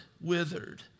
withered